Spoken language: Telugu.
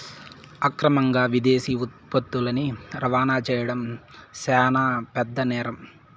అక్రమంగా విదేశీ ఉత్పత్తులని రవాణా చేయడం శాన పెద్ద నేరం